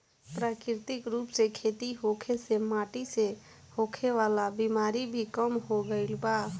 प्राकृतिक रूप से खेती होखे से माटी से होखे वाला बिमारी भी कम हो गईल बा